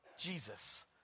Jesus